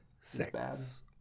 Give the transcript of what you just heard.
Six